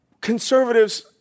Conservatives